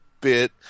bit